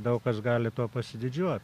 daug kas gali tuo pasididžiuot